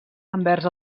envers